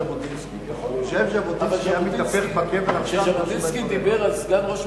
הנושא לוועדה שתקבע ועדת הכנסת נתקבלה.